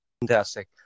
fantastic